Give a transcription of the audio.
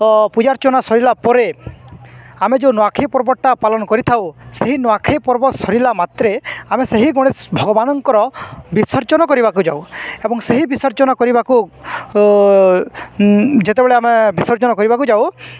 ପୂଜାର୍ଚ୍ଚନା ସରିଲା ପରେ ଆମେ ଯେଉଁ ନୂଆଖାଇ ପର୍ବଟା ପାଳନ କରିଥାଉ ସେହି ନୂଆଖାଇ ପର୍ବ ସରିଲା ମାତ୍ରେ ଆମେ ସେହି ଗଣେଶ ଭଗବାନଙ୍କର ବିସର୍ଜନ କରିବାକୁ ଯାଉ ଏବଂ ସେହି ବିସର୍ଜନା କରିବାକୁ ଯେତେବେଳେ ଆମେ ବିସର୍ଜନ କରିବାକୁ ଯାଉ